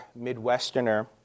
Midwesterner